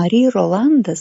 ari rolandas